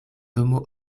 domo